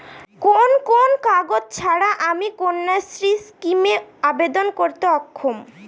কোন কোন কাগজ ছাড়া আমি কন্যাশ্রী স্কিমে আবেদন করতে অক্ষম?